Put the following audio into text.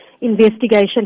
investigation